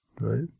right